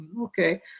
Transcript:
okay